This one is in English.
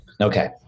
Okay